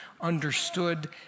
understood